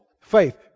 faith